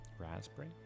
Raspberry